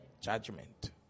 judgment